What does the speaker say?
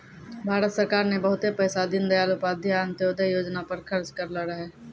भारत सरकार ने बहुते पैसा दीनदयाल उपाध्याय अंत्योदय योजना पर खर्च करलो रहै